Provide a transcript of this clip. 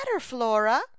Flora